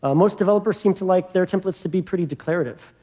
ah most developers seem to like their templates to be pretty declarative.